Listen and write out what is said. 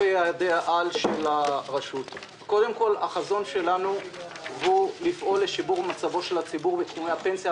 החזון שלנו הוא לפעול לשיפור מצבו של הציבור בתחומי הפנסיה,